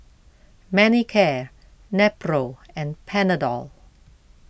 Manicare Nepro and Panadol